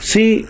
See